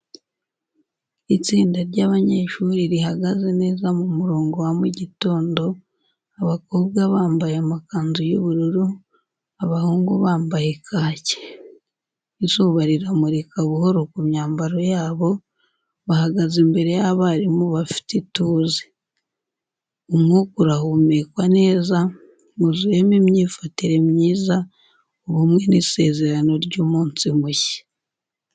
Itsinda ry’abanyeshuri rihagaze neza mu murongo wa mu gitondo, abakobwa bambaye amakanzu y'ubururu, abahungu bambaye kaki. Izuba riramurika buhoro ku myambaro yabo, bahagaze imbere y’abarimu bafite ituze. Umwuka urahumekwa neza, wuzuyemo imyifatire myiza, ubumwe n’isezerano ry’umunsi mushya.